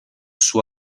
suo